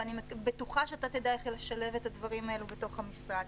ואני בטוחה שאתה תדע איך לשלב את הדברים האלה בתוך המשרד.